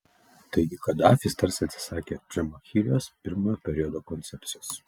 taigi kadafis tarsi atsisakė džamahirijos pirmojo periodo koncepcijos